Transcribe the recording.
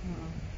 hmm uh